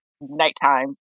nighttime